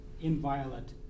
inviolate